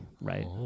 right